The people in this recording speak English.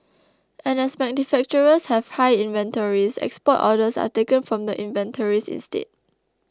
and as manufacturers have high inventories export orders are taken from the inventories instead